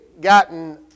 gotten